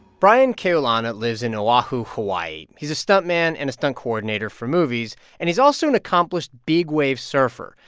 brian keaulana lives in oahu, hawaii. he's a stuntman and a stunt coordinator for movies. and he's also an accomplished big-wave surfer.